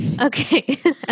Okay